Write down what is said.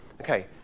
Okay